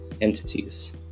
entities